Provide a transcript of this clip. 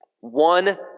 One